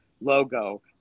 logo